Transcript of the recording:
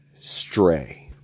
Stray